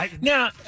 Now